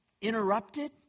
interrupted